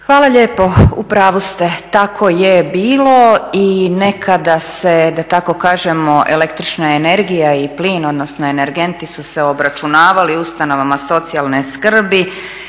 Hvala lijepo. U pravu ste, tako je bilo i nekada se da tako kažemo električna energija i plin, odnosno energenti su se obračunavali u ustanovama socijalne skrbi